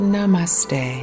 Namaste